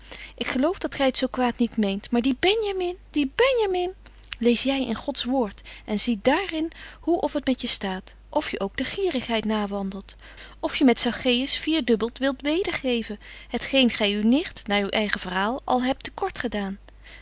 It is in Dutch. burgerhart geloof dat gy t zo kwaad niet meent maar die benjamin die benjamin lees jy in gods woord en zie dààr in hoe of het met je staat of je ook de gierigheid nawandelt of je met zacheus vier dubbelt wilt weder geven het geen gy uw nicht naar uw eigen verhaal al hebt te kort gedaan